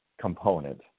component